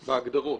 בהגדרות.